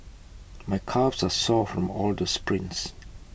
my calves are sore from all the sprints